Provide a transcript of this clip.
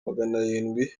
maganarindwi